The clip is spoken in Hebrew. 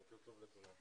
בוקר טוב לכולם.